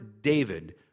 David